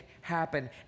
happen